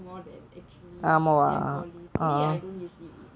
more than actually than polytechnic polytechnic I don't usually eat